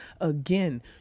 again